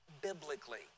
biblically